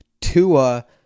Tua